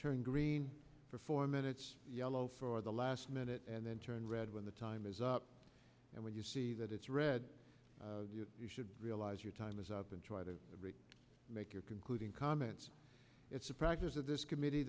turn green for four minutes yellow for the last minute and then turn red when the time is up and when you see that it's red you should realize your time is up and try to make your concluding comments it's a practice of this committee